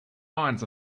lines